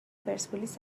پرسپولیس